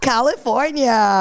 California